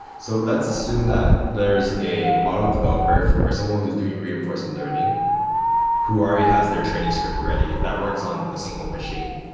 so let's assume that there is a model developer or someone who's doing reinforcement learning who already has their training script ready that works on a single machine.